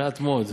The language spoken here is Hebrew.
מעט מאוד.